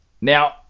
Now